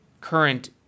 current